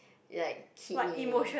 like kidney